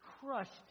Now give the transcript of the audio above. crushed